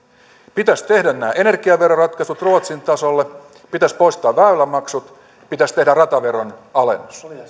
pitäisi tehdä nämä energiaveroratkaisut ruotsin tasolle pitäisi poistaa väylämaksut pitäisi tehdä rataveron alennus